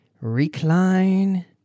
recline